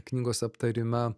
knygos aptarime